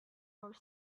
were